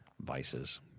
vices